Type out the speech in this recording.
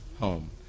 home